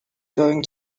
going